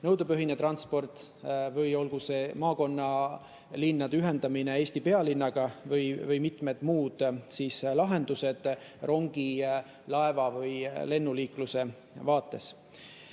nõudepõhine transport, maakonnalinnade ühendamine Eesti pealinnaga või mitmed muud lahendused rongi-, laeva- või lennuliikluse vaates.